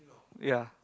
ya